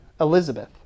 Elizabeth